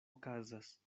okazas